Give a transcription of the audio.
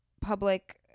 public